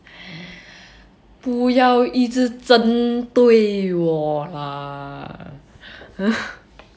不要一直针对我 lah